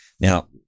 now